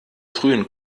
frühen